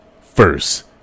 first